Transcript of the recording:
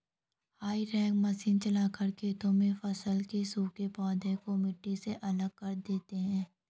हेई rake machine चलाकर खेतों में फसल के सूखे पौधे को मिट्टी से अलग कर देते हैं